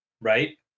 right